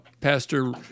Pastor